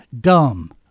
Dumb